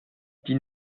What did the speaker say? die